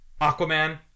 Aquaman